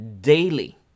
daily